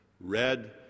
red